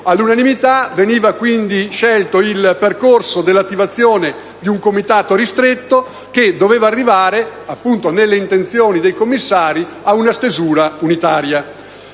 All'unanimità veniva quindi scelto il percorso dell'attivazione di un Comitato ristretto che doveva appunto arrivare nelle intenzioni dei commissari ad una stesura unitaria.